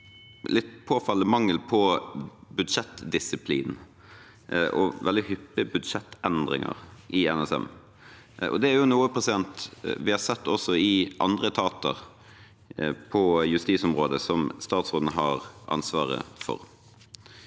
på den litt påfallende mangelen på budsjettdisiplin og veldig hyppige budsjettendringer i NSM. Det er noe vi har sett også i andre etater på justisområdet som statsråden har ansvaret for.